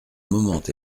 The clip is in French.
moment